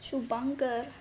shubankar